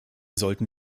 sollten